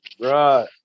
Right